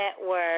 Network